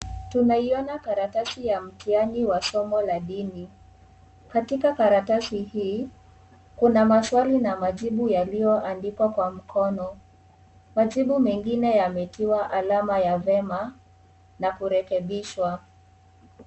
Tunaiona karatasi ya mtihani wa somo la dini. Katika karatasi hii, kuna maswali na majibu yaliyoandikwa kwa mkono. Majibu mengine yametiwa alama ya vyema na kurekebishwa.